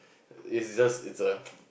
it just it's a